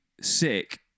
sick